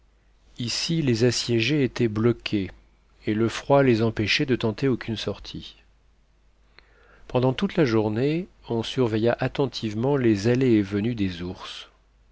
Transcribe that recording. ici les assiégés étaient bloqués et le froid les empêchait de tenter aucune sortie pendant toute la journée on surveilla attentivement les allées et venues des ours